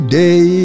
day